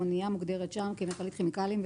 אנייה מוגדרת שם בתור "מכלית כימיקלים"